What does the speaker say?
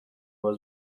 was